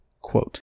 quote